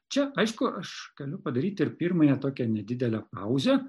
čia aišku aš galiu padaryti ir pirmąją tokią nedidelę pauzę